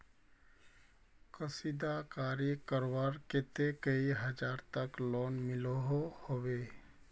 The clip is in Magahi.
कशीदाकारी करवार केते कई हजार तक लोन मिलोहो होबे?